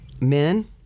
men